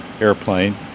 airplane